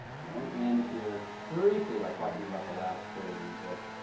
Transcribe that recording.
and i want to end here briefly by talking about the last period in the book,